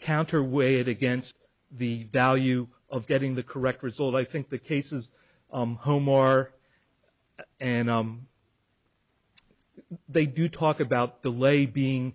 counter weigh it against the value of getting the correct result i think the cases home are and they do talk about the lay being